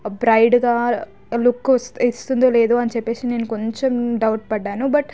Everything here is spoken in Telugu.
బ్రైడ్గా లుక్ ఇస్తుందో లేదో అని చెప్పేసి నేను కొంచెం డౌట్ పడ్డాను బట్